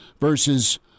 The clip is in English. versus